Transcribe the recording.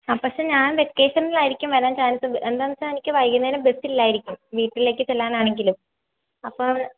ആ പക്ഷെ ഞാൻ വെക്കേഷനിലായിരിക്കും വരാൻ ചാൻസ് എന്താണെന്ന് വെച്ചാൽ എനിക്ക് വൈകുന്നേരം ബസില്ലായിരിക്കും വീട്ടിലേക്ക് ചെല്ലാനാണെങ്കിലും അപ്പോൾ